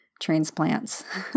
transplants